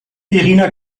irina